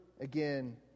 again